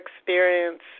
experience